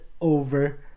over